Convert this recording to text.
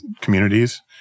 communities